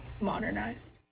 modernized